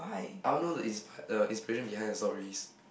I only know the inspire the inspiring behind the stories